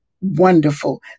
wonderful